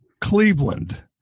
Cleveland